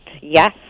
yes